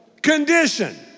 condition